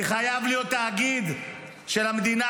כי חייב להיות תאגיד של המדינה.